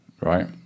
right